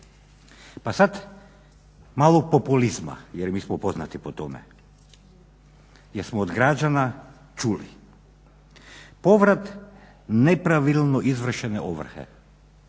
Pa sad malo populizma jer mi smo poznati po tome jer smo od građana čuli povrat nepravilno izvršene ovrhe.